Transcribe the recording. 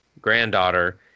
granddaughter